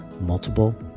multiple